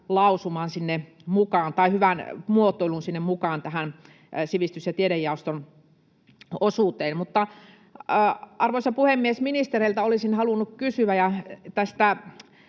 myöskin tämän hyvän muotoilun mukaan tähän sivistys- ja tiedejaoston osuuteen. Mutta, arvoisa puhemies, ministereiltä olisin halunnut kysyä